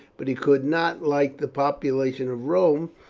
but he could not, like the population of rome,